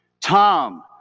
Tom